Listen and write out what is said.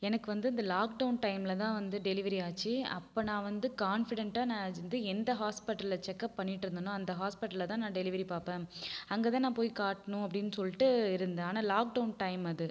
எனக்கு வந்து இந்த லாக்டவுன் டைம்மில் தான் வந்து டெலிவரி ஆச்சு அப்போ நான் வந்து கான்ஃபிடென்ட்டாக நான் வந்து எந்த ஹாஸ்பிட்டலில் செக்அப் பண்ணிட்டுருந்தனோ அந்த ஹாஸ்பிட்டலில் தான் நான் டெலிவரி பார்ப்பேன் அங்க தான போய் காட்டணும் அப்படின்னு சொல்லிட்டு இருந்தேன் ஆனால் லாக்டவுன் டைம் அது